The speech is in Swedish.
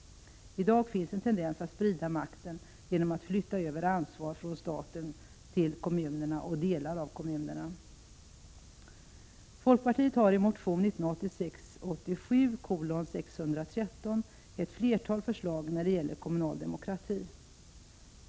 I dag finns en tendens att sprida makten genom att flytta över ansvar från staten till kommunerna och till delar av kommunerna. Folkpartiet har i motion 1986/87:613 lagt fram ett flertal förslag när det gäller kommunal demokrati.